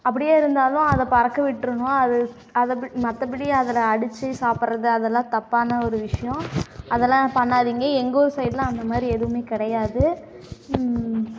அப்படியே இருந்தாலும் அதைபறக்க விட்றனும் அது அதை மற்றபடி அதை அடித்து சாப்பிடுறது அதெல்லாம் தப்பான ஒரு விஷயம் அதெல்லாம் பண்ணாதீங்க இங்கே எங்கள் ஊரு சைடுலாம் அந்த மாதிரி எதுவும் கிடையாது